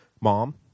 mom